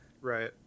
Right